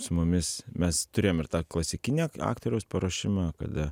su mumis mes turėjom ir tą klasikinį aktoriaus paruošimą kada